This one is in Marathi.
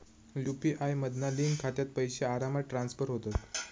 यु.पी.आय मधना लिंक खात्यात पैशे आरामात ट्रांसफर होतत